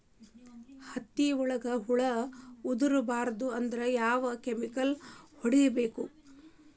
ಹತ್ತಿ ಒಳಗ ಹೂವು ಉದುರ್ ಬಾರದು ಅಂದ್ರ ಯಾವ ಕೆಮಿಕಲ್ ಹೊಡಿಬೇಕು?